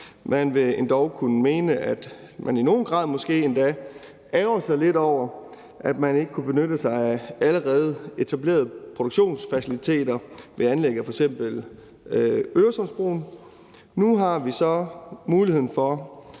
man vil endog kunne mene, at man i nogen grad måske ærgrer sig lidt over, at man ikke kunne benytte sig af allerede etablerede produktionsfaciliteter ved anlæg af f.eks. Øresundsbroen. Nu har vi så muligheden for